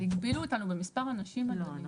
אבל הגבילו אותנו במספר אנשים אדוני.